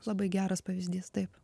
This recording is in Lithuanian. labai geras pavyzdys taip